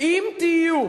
אם תהיו.